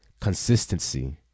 consistency